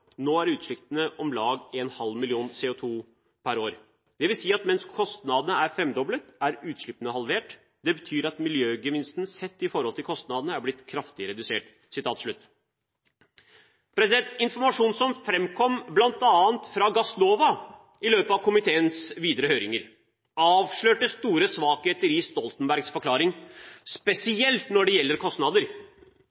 Nå er utslippene om lag en halv million tonn CO2 per år – dvs. at mens kostnadene er femdoblet, er utslippene halvert. Det betyr at miljøgevinsten sett i forhold til kostnadene er blitt kraftig redusert.» Informasjon som framkom, bl.a. fra Gassnova, i løpet av komiteens videre høringer, avslørte store svakheter i Stoltenbergs forklaring,